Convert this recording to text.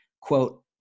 quote